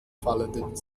fallenden